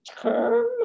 term